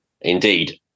Indeed